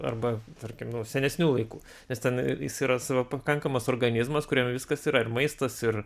arba tarkim nu senesnių laikų nes ten jis yra savo pakankamas organizmas kuriame viskas yra ir maistas ir